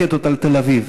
רקטות על תל-אביב,